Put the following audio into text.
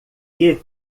que